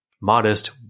modest